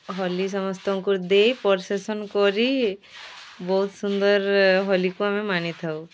ହୋଲି ସମସ୍ତଙ୍କୁ ଦେଇ ପ୍ରୋସେଶନ୍ କରି ବହୁତ ସୁନ୍ଦର ହୋଲିକୁ ଆମେ ମାନିଥାଉ